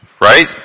right